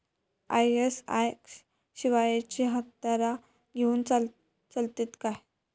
ISI शिवायची हत्यारा घेऊन चलतीत काय?